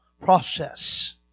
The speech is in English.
process